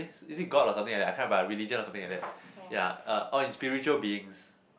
is is it God or something like that I can't remember ah religion or something like that ya uh orh in spiritual beings